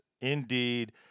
Indeed